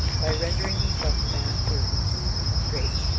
by rendering himself master of the keys of the straits,